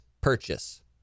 purchase